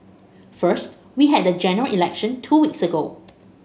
first we had the General Election two weeks ago